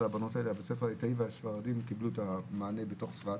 בית הספר הליטאי והספרדי קיבלו את המענה בתוך צפת.